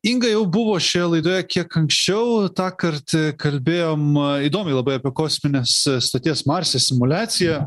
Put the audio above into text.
inga jau buvo šioje laidoje kiek anksčiau tąkart kalbėjom įdomiai labai apie kosminės stoties marse simuliaciją